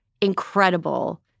incredible